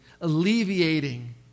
alleviating